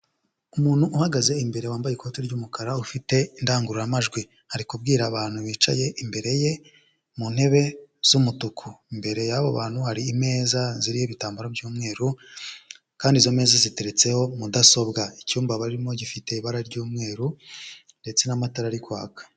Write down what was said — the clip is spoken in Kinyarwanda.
Umuntu uhagaze imbere wambaye ikoti ry'umukara ufite indangururamajwi, ari kubwira abantu bicaye imbere ye mu ntebe z'umutuku. Imbere yabo bantu hari imeza ziriho ibitambaro by'umweru kandi izo meza ziteretseho mudasobwa. Icyumba barimo gifite ibara ry'umweru ndetse n'amatara ari kwaka.